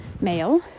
male